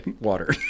water